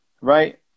Right